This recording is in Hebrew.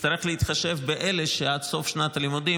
יצטרך להתחשב באלה שעד סוף שנת הלימודים,